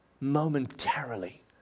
momentarily